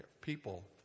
people